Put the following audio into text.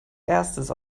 erstes